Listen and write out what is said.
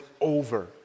over